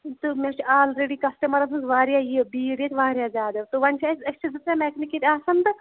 تہٕ مےٚ چھُ آلرٮ۪ڈی کَسٹَمَرَن ہٕنٛز واریاہ یہِ بیٖڑ ییٚتہِ واریاہ زیادٕ تہٕ وۄنۍ چھِ اَسہِ أسۍ چھِ زٕ ترٛےٚ مٮ۪کنِک ییٚتہِ آسان تہٕ